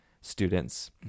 students